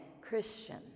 Christian